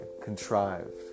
contrived